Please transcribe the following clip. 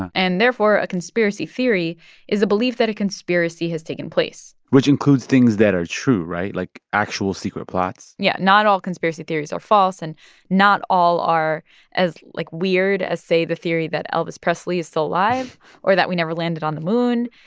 and therefore, a conspiracy theory is a belief that a conspiracy has taken place which includes things that are true right? like actual secret plots yeah, not all conspiracy theories are false, and not all are as, like, weird as, say, the theory that elvis presley is still alive or that we never landed on the moon,